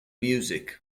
music